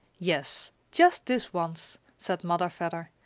yes, just this once, said mother vedder,